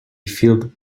filled